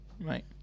Right